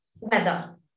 weather